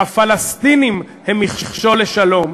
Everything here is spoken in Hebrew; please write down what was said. הפלסטינים הם מכשול לשלום.